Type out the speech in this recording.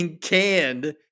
canned